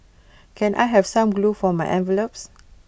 can I have some glue for my envelopes